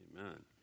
Amen